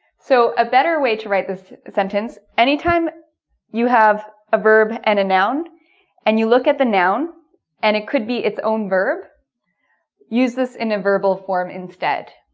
so a better way to write this sentence anytime you have a verb and a noun and you look at the noun and it could be its own verb use this in a verbal form instead